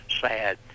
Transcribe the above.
sad